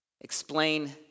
explain